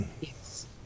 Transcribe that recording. Yes